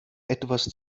etwas